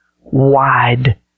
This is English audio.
wide